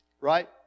Right